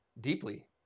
deeply